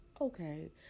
Okay